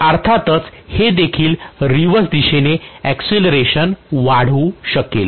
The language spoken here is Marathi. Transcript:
तर अर्थात हे देखील रिव्हर्स दिशेने ऍक्सिलरेशन वाढवू शकेल